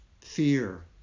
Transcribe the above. fear